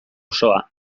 osoa